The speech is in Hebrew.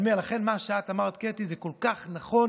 אני אומר, לכן, מה שאת אמרת, קטי, זה כל כך נכון.